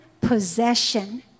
possession